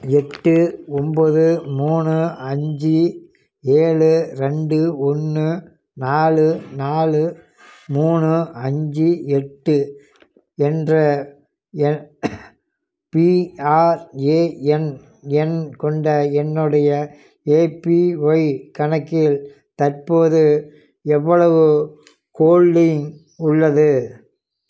எட்டு ஒன்பது மூணு அஞ்சு ஏழு ரெண்டு ஒன்று நாலு நாலு மூணு அஞ்சு எட்டு என்ற என் பிஆர்ஏஎன் எண் கொண்ட என்னுடைய ஏபிஒய் கணக்கில் தற்போது எவ்வளவு ஹோல்டிங் உள்ளது